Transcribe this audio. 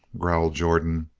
growled jordan.